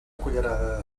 cullerada